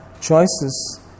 choices